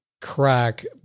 crack